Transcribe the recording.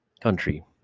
Country